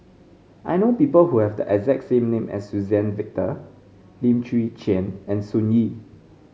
I know people who have the exact name as Suzann Victor Lim Chwee Chian and Sun Yee